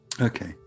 Okay